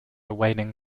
waning